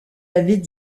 avaient